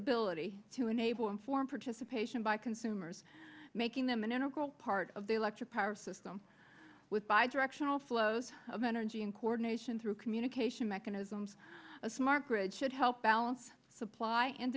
ability to enable informed participation by consumers making them an integral part of the electric power system with bi directional flows of energy and coordination through communication mechanisms a smart grid should help balance supply and